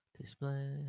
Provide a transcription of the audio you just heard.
Display